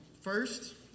First